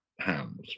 hands